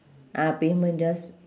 ah pavement just